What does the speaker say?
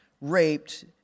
raped